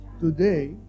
Today